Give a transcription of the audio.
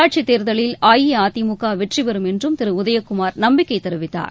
உள்ளாட்சித் தேர்தலில் அஇஅதிமுக வெற்றிபெறும் என்றும் திரு உதயகுமார் நம்பிக்கை தெரிவித்தார்